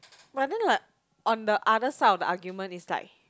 but then like on the other side of the argument is like